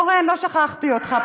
אורן, לא שכחתי אותך.